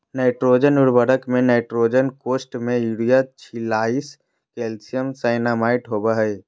nitrogen उर्वरक में nitrogen कोष्ठ में यूरिया छियालिश कैल्शियम साइनामाईड होबा हइ